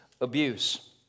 abuse